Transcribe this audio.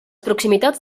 proximitats